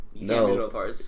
No